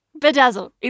bedazzled